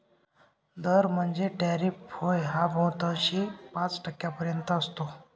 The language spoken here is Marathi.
दर म्हणजेच टॅरिफ होय हा बहुतांशी पाच टक्क्यांपर्यंत असतो